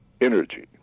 energy